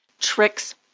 tricks